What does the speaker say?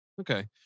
Okay